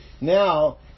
Now